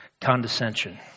condescension